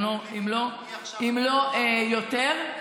אם לא יותר.